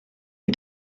the